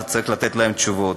אתה צריך לתת להם תשובות.